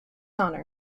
honor